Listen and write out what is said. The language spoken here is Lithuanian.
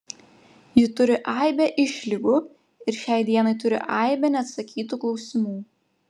ji turi aibę išlygų ir šiai dienai turi aibę neatsakytų klausimų